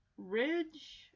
Ridge